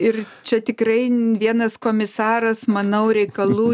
ir čia tikrai n vienas komisaras manau reikalų